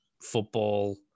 football